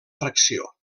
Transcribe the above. fracció